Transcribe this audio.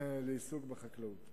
לעיסוק בחקלאות.